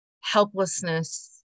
helplessness